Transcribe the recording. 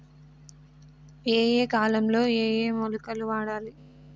ఏయే కాలంలో ఏయే మొలకలు వాడాలి?